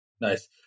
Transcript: Nice